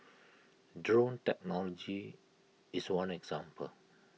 drone technology is one example